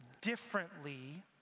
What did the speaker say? differently